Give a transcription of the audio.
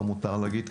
לו מותר להגיד,